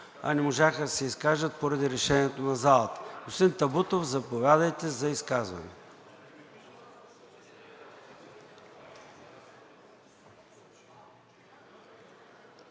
а не можаха да се изкажат поради решението на залата. Господин Табутов, заповядайте за изказване.